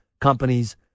companies